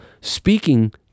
speaking